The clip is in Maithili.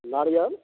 नारियल